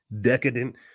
decadent